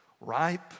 ripe